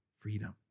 freedom